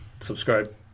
Subscribe